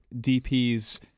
DP's